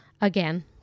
Again